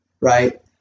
Right